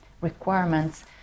requirements